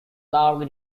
largely